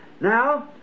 Now